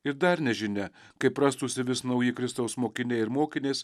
ir dar nežinia kaip rastųsi vis nauji kristaus mokiniai ir mokinės